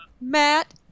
Matt